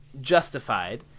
justified